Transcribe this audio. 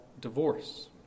divorce